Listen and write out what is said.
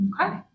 okay